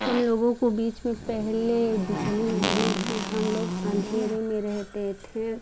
हम लोगों को बीच में पहले बिजली नहीं थी हम लोग अंधेरे में रहते थे